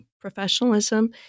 professionalism